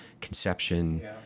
conception